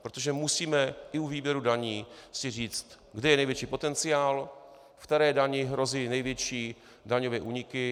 Protože si musíme i u výběru daní říct, kde je největší potenciál, ve které dani hrozí největší daňové úniky.